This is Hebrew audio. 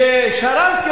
כששרנסקי,